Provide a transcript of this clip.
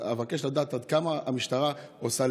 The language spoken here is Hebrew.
אז אבקש לדעת עד כמה המשטרה עושה.